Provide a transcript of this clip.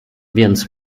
więc